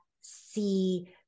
see